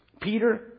Peter